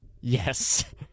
Yes